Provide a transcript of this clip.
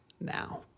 now